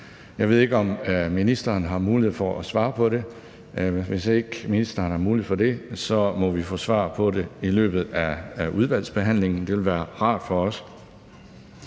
Jeg ved ikke, om ministeren har mulighed for at svare på det. Hvis ikke ministeren har mulighed for det, må vi få svar på det i løbet af udvalgsbehandlingen. Det ville være rart for os.